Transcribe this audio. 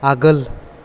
आगोल